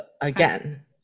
Again